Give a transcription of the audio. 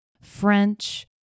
French